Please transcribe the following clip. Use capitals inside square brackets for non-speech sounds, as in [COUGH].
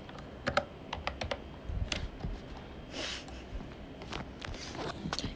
[NOISE]